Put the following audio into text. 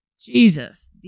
Jesus